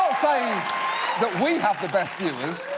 saying that we have the best viewers.